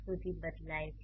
સુધી બદલાય છે